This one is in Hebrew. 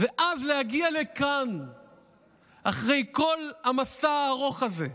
ואז להגיע לכאן אחרי כל המסע הארוך הזה,